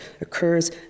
occurs